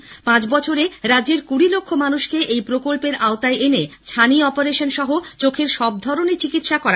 আগামী পাঁচ বছরে রাজ্যের কুড়ি লক্ষ মানুষকে এই প্রকল্পের আওতায় এনে ছানি অপারেশন সহ চোখের সব ধরনের চিকিৎসা করা হবে